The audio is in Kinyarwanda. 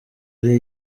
ari